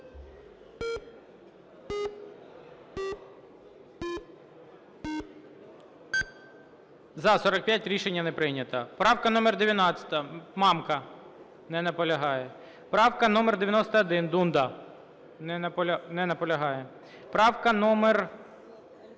За-45 Рішення не прийнято. Правка номер 90, Мамка. Не наполягає. Правка номер 91, Дунда. Не наполягає. Правка номер…